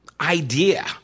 idea